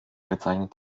bezeichnet